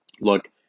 look